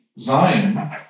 Zion